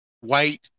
white